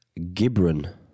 Gibran